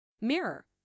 Mirror